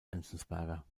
enzensberger